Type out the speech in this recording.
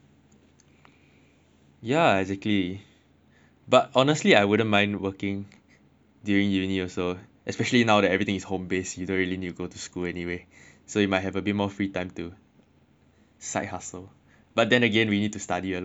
yeah exactly but honestly I wouldn't mind working during uni also especially now that everything is home based you don't really need to go to school anyway so you might have a bit more free time to side hustle but then again we need to study a lot first ah